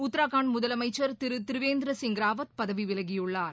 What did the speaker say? உத்தரகாண்ட் முதலமைச்சர் திரு திரிவேந்திர சிங் ராவத் பதவி விலகியுள்ளார்